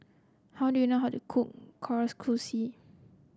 how do you know how to cook Kalguksu